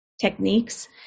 techniques